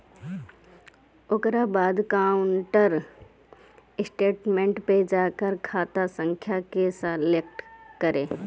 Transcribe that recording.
ओकरा बाद account statement पे जा आ खाता संख्या के सलेक्ट करे